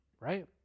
right